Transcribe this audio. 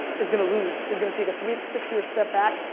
is gonna lose. is gonna take a three to six year set back.